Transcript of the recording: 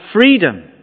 freedom